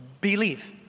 believe